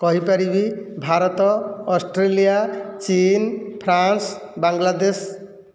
କହିପାରିବି ଭାରତ ଅଷ୍ଟ୍ରେଲିଆ ଚୀନ ଫ୍ରାନ୍ସ ବାଙ୍ଗ୍ଲାଦେଶ